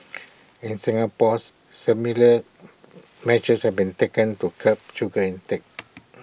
in Singapore similar measures have been taken to curb sugar intake